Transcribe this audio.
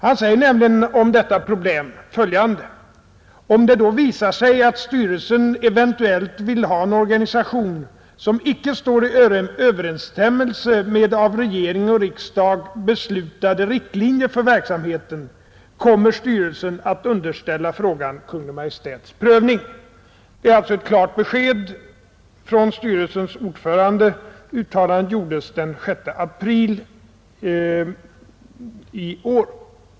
Han säger följande om detta problem: ”Om det då visar sig att styrelsen eventuellt vill ha en organisation som icke står i överensstämmelse med av regering och riksdag beslutade riktlinjer för verksamheten, kommer styrelsen att underställa frågan Kungl. Maj:ts prövning.” Det är alltså ett klart besked från styrelsens ordförande. Uttalandet gjordes den 6 april i år.